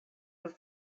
was